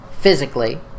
physically